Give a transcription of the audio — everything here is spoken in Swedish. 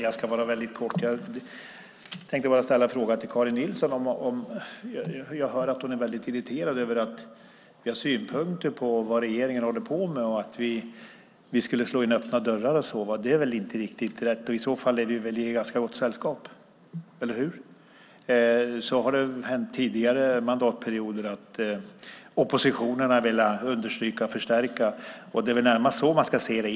Herr talman! Jag ska fatta mig kort och bara ställa en fråga till Karin Nilsson. Jag hör att hon är irriterad över att vi har synpunkter på vad regeringen håller på med. Hon tycker att vi slår in öppna dörrar. Det är väl inte riktigt rätt, och i så fall är vi väl i ganska gott sällskap, eller hur? Också under tidigare mandatperioder har oppositionen velat understryka och förstärka, och det är väl närmast så man ska se det.